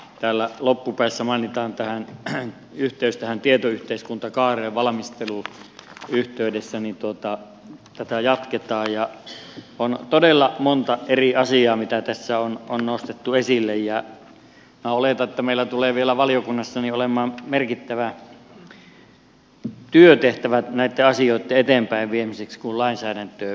täällä loppupäässä mainitaan että tätä tietoyhteiskuntakaaren valmistelun yhteydessä jatketaan ja on todella monta eri asiaa mitä tässä on nostettu esille ja minä oletan että meillä tulee vielä valiokunnassa olemaan merkittävä työtehtävä näitten asioitten eteenpäinviemiseksi kun lainsäädäntöä kirjoitetaan